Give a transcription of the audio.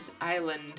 island